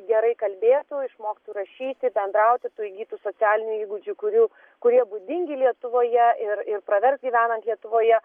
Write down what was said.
gerai kalbėtų išmoktų rašyti bendrauti tų įgytų socialinių įgūdžių kurių kurie būdingi lietuvoje ir ir pravers gyvenant lietuvoje